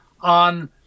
on